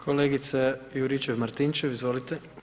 Kolegica Juričev-Martinčev, izvolite.